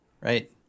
right